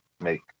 make